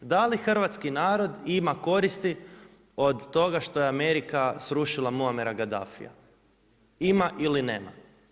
Da li hrvatski narod ima koristi od toga što je Amerika srušila Muammara Gaddafia, ima ili nema?